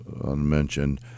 unmentioned